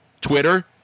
Twitter